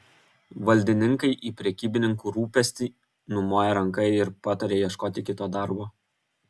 valdininkai į prekybininkų rūpestį numoja ranka ir pataria ieškoti kito darbo